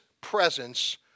presence